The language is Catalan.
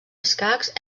escacs